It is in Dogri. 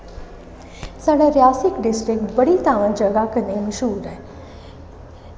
साढ़ा रियासी डिस्ट्रिक्ट बड़ी तां जगह कन्नै मश्हूर ऐ